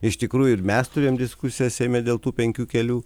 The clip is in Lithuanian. iš tikrųjų ir mes turėjom diskusiją seime dėl tų penkių kelių